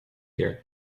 gear